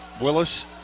Willis